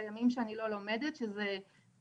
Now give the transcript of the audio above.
בימים שאני לא לומדת חמישי,